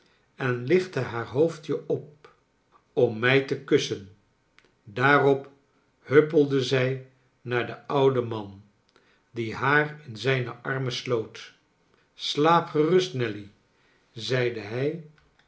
en lichtte haar hoofdje op om mij te kussen daarop huppelde zij naar den ouden man die haar in zijne armen sloot slaap gerust nelly zeide hij